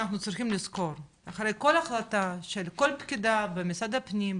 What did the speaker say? אנחנו צריכים לזכור שאחרי כל החלטה של כל פקידה או פקיד במשרד הפנים,